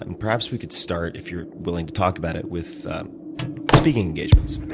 and perhaps we could start, if you're willing to talk about it, with speaking engagements.